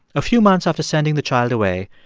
a few months after sending the child away,